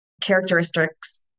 characteristics